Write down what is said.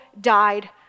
died